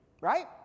right